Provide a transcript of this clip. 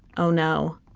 oh, no,